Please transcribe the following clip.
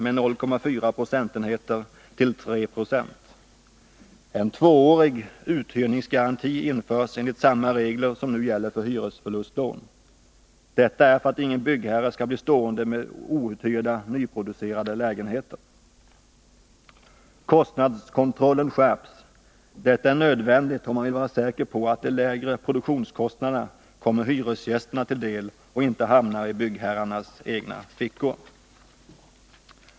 En tvåårig uthyrningsgaranti skall införas enligt samma regler som nu gäller för hyresförlustlån. Detta görs för att ingen byggherre skall bli stående med outhyrda, nyproducerade lägenheter. Kostnadskontrollen skall skärpas. Detta är nödvändigt om man vill vara säker på att de lägre produktionskostnaderna kommer hyresgästerna till del och inte hamnar i byggherrarnas fickor.